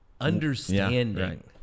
understanding